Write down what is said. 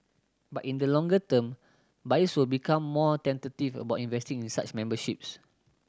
but in the longer term buyers will become more tentative about investing in such memberships